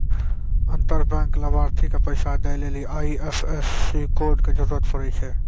अंतर बैंक लाभार्थी के पैसा दै लेली आई.एफ.एस.सी कोड के जरूरत पड़ै छै